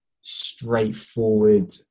straightforward